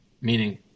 meaning